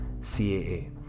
CAA